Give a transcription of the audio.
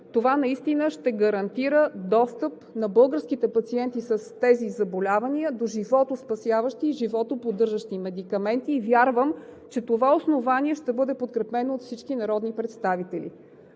Това наистина ще гарантира достъп на българските пациенти с тези заболявания до животоспасяващи и животоподдържащи медикаменти. Вярвам, че това основание ще бъде подкрепено от всички народни представители.